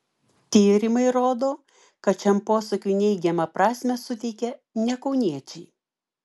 tyrimai rodo kad šiam posakiui neigiamą prasmę suteikia ne kauniečiai